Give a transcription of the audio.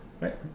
Right